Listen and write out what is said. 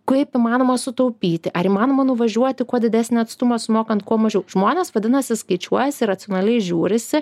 kaip įmanoma sutaupyti ar įmanoma nuvažiuoti kuo didesnį atstumą sumokant kuo mažiau žmonės vadinasi skaičiuojasi racionaliai žiūrisi